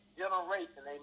generation